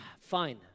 fine